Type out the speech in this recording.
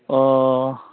अह